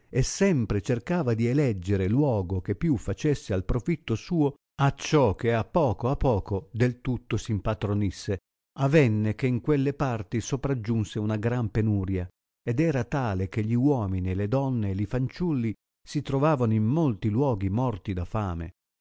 e sempre cercava di eleggere luogo che più facesse al profìtto suo acciò che a poco a poco del tutto s impatronisse avenne che in quelle parti sopraggiunse una gran penuria ed era tale che gli uomini e le donne e li fanciulli si trovavano in molti luoghi morti da fame